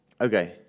Okay